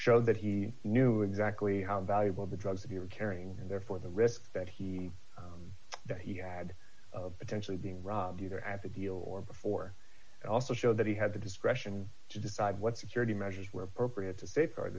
showed that he knew exactly how valuable the drugs if you were carrying and therefore the risk that he that he had potentially being robbed either at the deal or before also showed that he had the discretion to decide what security measures were appropriate to safeguard